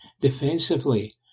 Defensively